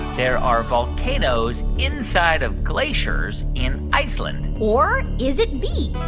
there are volcanoes inside of glaciers in iceland? or is it b,